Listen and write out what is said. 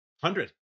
hundred